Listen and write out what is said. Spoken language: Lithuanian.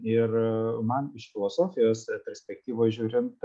ir man iš filosofijos perspektyvos žiūrint